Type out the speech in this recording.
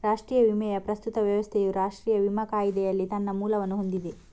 ರಾಷ್ಟ್ರೀಯ ವಿಮೆಯ ಪ್ರಸ್ತುತ ವ್ಯವಸ್ಥೆಯು ರಾಷ್ಟ್ರೀಯ ವಿಮಾ ಕಾಯಿದೆಯಲ್ಲಿ ತನ್ನ ಮೂಲವನ್ನು ಹೊಂದಿದೆ